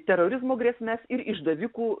terorizmo grėsmes ir išdavikų